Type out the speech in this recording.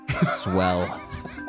swell